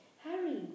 Harry